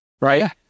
Right